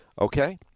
Okay